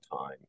time